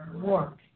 work